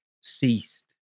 ceased